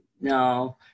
no